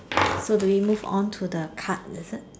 so do we move on to the card is it